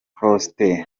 faustin